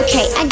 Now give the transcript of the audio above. Okay